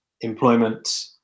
employment